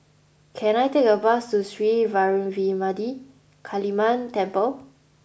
can I take a bus to Sri Vairavimada Kaliamman Temple